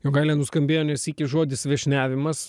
jogaile nuskambėjo ne sykį žodis viešniavimas